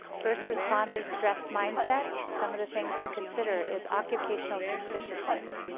first responders stress mindset some of the things to consider is occupational suspiciousness.